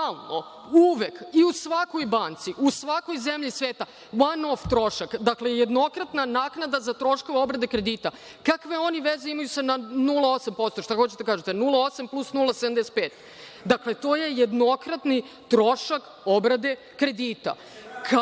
su stalno, uvek i u svakoj banci, u svakoj zemlji sveta „one of“ trošak. Dakle, jednokratna naknada za troškove obrade kredita. Kakve oni veze imaju sa 0,8%? Šta hoćete da kažete - 0,8 plus 0,75. Dakle, to je jednokratni trošak obrade kredita,